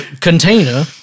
container